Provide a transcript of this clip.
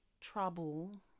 trouble